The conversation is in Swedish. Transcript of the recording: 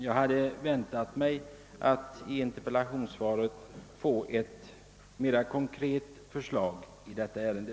Jag hade väntat mig att i interpellationssvaret få ett mera konkret förslag i detta ärende.